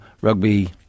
rugby